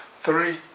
three